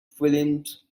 films